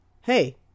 Hey